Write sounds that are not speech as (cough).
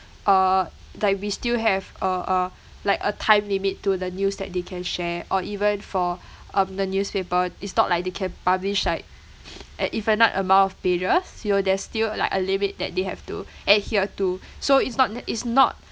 uh like we still have a a like a time limit to the news that they can share or even for um the newspaper it's not like they can publish like (noise) an infinite amount of pages you know there's still like a limit that they have to adhere to so it's not it's not